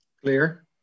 Clear